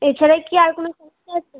এছাড়া কি আর কোনো সমস্যা আছে